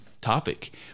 topic